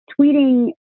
tweeting